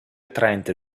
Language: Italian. attraente